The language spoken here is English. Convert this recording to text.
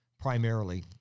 primarily